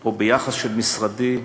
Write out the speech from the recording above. או ביחס של משרדי,